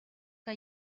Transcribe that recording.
que